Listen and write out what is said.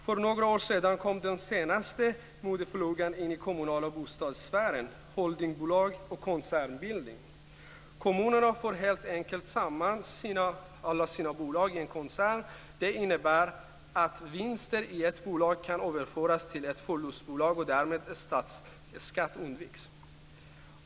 För några år sedan kom den senaste modeflugan in i den kommunala bostadssfären, nämligen holdingbolag och koncernbildning. Kommunerna för helt enkelt samman alla sina bolag i en koncern. Det innebär att vinster i ett bolag kan överföras till ett förlustbolag och därmed kan statsskatt undvikas.